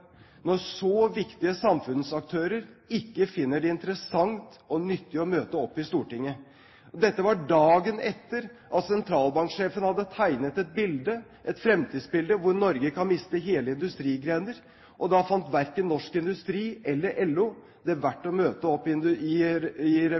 når så viktige samfunnsaktører ikke finner det interessant og nyttig å møte opp i Stortinget. Dette var dagen etter at sentralbanksjefen hadde tegnet et fremtidsbilde der Norge kan miste hele industrigrener, og da fant verken Norsk Industri eller LO det verdt